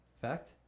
Fact